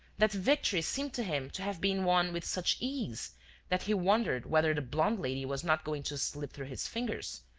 that victory seemed to him to have been won with such ease that he wondered whether the blonde lady was not going to slip through his fingers,